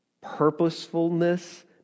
purposefulness